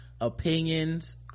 opinions